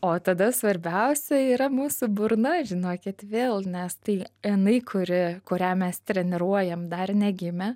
o tada svarbiausia yra mūsų burna žinokit vėl nes tai jinai kuri kurią mes treniruojam dar negimę